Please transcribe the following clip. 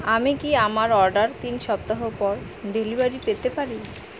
আমি কি আমার অর্ডার তিন সপ্তাহ পর ডেলিভারি পেতে পারি